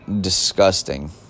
Disgusting